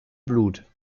blut